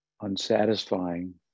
unsatisfying